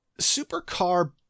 Supercar